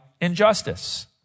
injustice